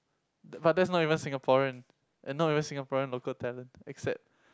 that but that's not even Singaporean and not even Singaporean local talent except